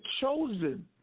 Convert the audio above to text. chosen